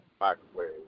microwave